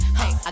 hey